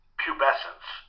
pubescence